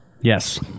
Yes